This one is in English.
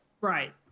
Right